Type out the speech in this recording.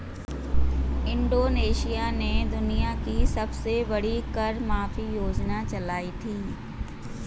Indonesia ने दुनिया की सबसे बड़ी कर माफी योजना चलाई थी